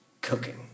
cooking